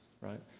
right